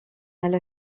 elle